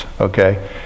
okay